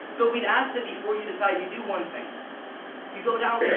but we'd ask that before you decide, you do one thing you go down